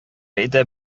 өйдә